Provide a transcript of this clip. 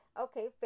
Okay